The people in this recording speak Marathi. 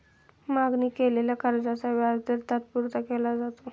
मागणी केलेल्या कर्जाचा व्याजदर तात्पुरता केला जातो